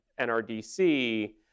NRDC